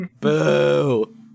Boo